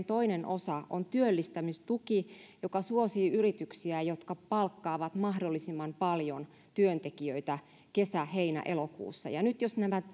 toinen osa on työllistämistuki joka suosii yrityksiä jotka palkkaavat mahdollisimman paljon työntekijöitä kesä heinä elokuussa ja nyt jos nämä